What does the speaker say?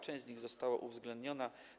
Część z nich została uwzględniona.